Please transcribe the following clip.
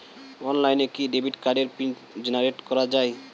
অনলাইনে কি ডেবিট কার্ডের পিন জেনারেট করা যায়?